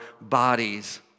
bodies